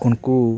ᱩᱱᱠᱩ